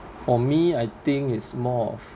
for me I think it's more of